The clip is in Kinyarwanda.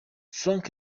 frank